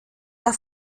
der